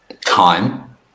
time